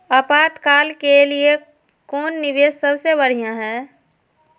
आपातकाल के लिए कौन निवेस सबसे बढ़िया है?